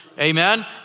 Amen